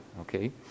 Okay